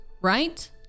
right